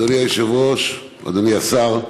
אדוני היושב-ראש, אדוני השר,